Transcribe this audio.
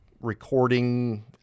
recording –